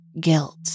guilt